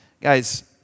Guys